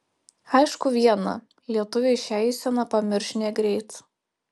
aišku viena lietuviai šią eiseną pamirš negreit